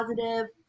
positive